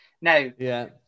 now